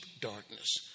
darkness